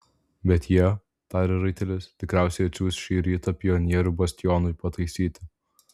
bet jie tarė raitelis tikriausiai atsiųs šį rytą pionierių bastionui pataisyti